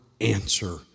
answer